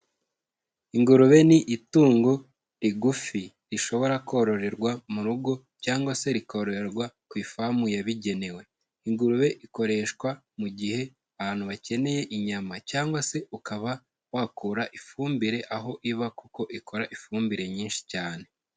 Ingurube ni itungo rigufi rishobora kororerwa mu rugo cyangwa se rikororerwa ku ifamu yabigenewe. Ingurube ikoreshwa mu gihe abantu bakeneye inyama cyangwa se ukaba wakura ifumbire aho iba kuko ikora ifumbire nyinshi cyane.